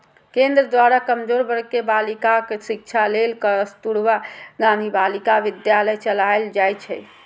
केंद्र द्वारा कमजोर वर्ग के बालिकाक शिक्षा लेल कस्तुरबा गांधी बालिका विद्यालय चलाएल जाइ छै